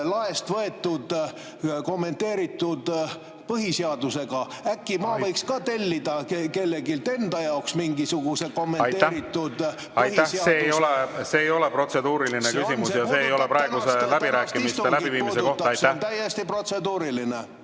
laest võetud kommenteeritud põhiseadusega? Äkki ma võiks ka tellida kelleltki enda jaoks mingisuguse kommenteeritud põhiseaduse? Aitäh! See ei ole protseduuriline küsimus ja see ei ole praegu läbirääkimiste läbiviimise kohta. Aitäh!